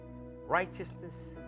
righteousness